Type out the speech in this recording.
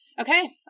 Okay